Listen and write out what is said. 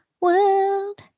world